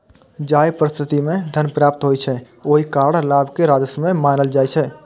जाहि परिस्थिति मे धन प्राप्त होइ छै, ओहि कारण लाभ कें राजस्व नै मानल जाइ छै